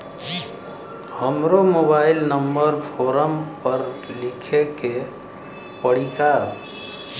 हमरो mobile number form पर लिखे के पड़ी का?